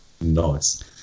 Nice